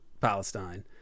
Palestine